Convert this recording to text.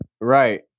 Right